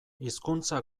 hizkuntza